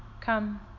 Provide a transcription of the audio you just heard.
Come